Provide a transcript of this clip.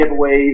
giveaways